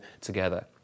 together